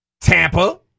Tampa